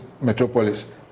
Metropolis